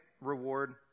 reward